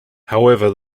however